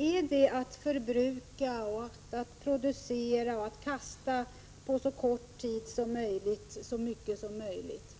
Är det att producera och att förbruka så mycket som möjligt på så kort tid som möjligt?